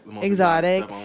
exotic